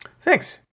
Thanks